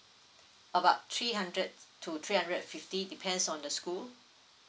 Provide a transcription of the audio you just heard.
about three hundred to three hundred and fifty depends on the school